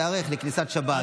תיערך לכניסת שבת,